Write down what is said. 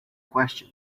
question